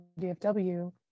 DFW